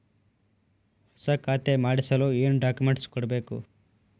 ಹೊಸ ಖಾತೆ ಮಾಡಿಸಲು ಏನು ಡಾಕುಮೆಂಟ್ಸ್ ಕೊಡಬೇಕು?